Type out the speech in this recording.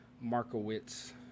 Markowitz